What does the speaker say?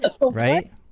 Right